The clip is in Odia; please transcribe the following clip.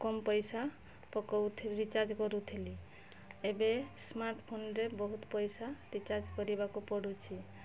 କମ୍ ପଇସା ରିଚାର୍ଜ କରୁଥିଲି ଏବେ ସ୍ମାର୍ଟ୍ ଫୋନ୍ରେ ବହୁତ ପଇସା ରିଚାର୍ଜ କରିବାକୁ ପଡ଼ୁଛି